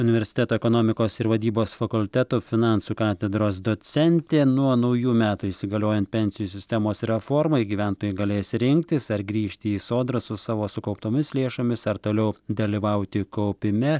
universiteto ekonomikos ir vadybos fakulteto finansų katedros docentė nuo naujų metų įsigaliojant pensijų sistemos reformai gyventojai galės rinktis ar grįžt į sodrą su savo sukauptomis lėšomis ar toliau dalyvauti kaupime